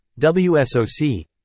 WSOC